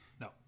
No